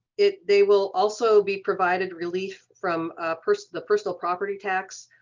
it, they will also be provided relief from personal, personal property tax.